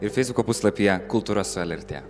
ir feisbuko puslapyje kultūra su lrt